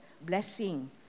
blessing